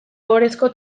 ohorezko